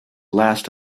last